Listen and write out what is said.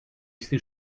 στη